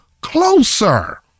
closer